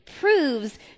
proves